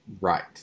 right